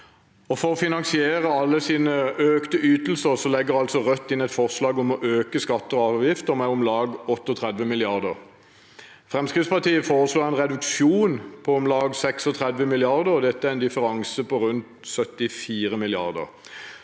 For å finansiere alle sine økte ytelser legger altså Rødt inn et forslag om å øke skatter og avgifter med om lag 38 mrd. kr. Fremskrittspartiet foreslår en reduksjon på om lag 36 mrd. kr. Det er en differanse på rundt 74 mrd.